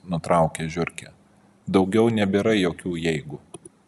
nutraukė žiurkė daugiau nebėra jokių jeigu